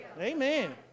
Amen